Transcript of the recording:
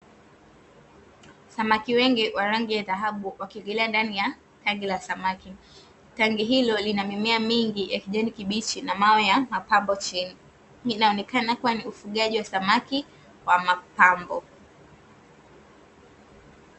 Samaki wengi wa rangi ya dhahabu wakiogelea ndani ya tangi la samaki. Tangi hilo lina mimea mingi ya kibichi na mawe ya mapambo chini. Inaonekana kuwa ni ufugaji wa samaki wamapambo.